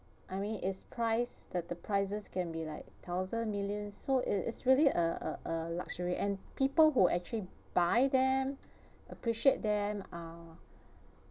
I mean it's priced the the prices can be like thousand million so it's really a a luxury and people who actually buy them appreciate them um